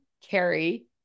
Carrie